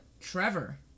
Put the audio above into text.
Trevor